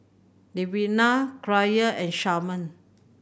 Levina Kyra and Sharman